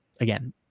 again